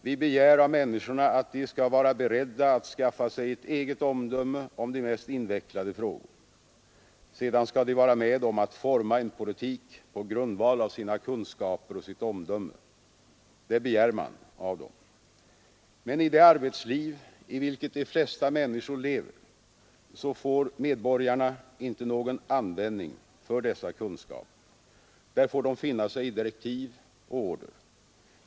Vi begär av människorna att de skall vara beredda att skaffa sig ett eget omdöme om de mest invecklade frågor. Sedan skall de vara med om att forma en politik på grundval av sina kunskaper och sitt omdöme. Det begär man av dem. Men i det arbetsliv i vilket de flesta människor lever, så får medborgarna inte någon användning för dessa kunskaper. Där får de finna sig i direktiv och order.